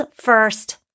first